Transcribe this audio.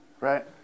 Right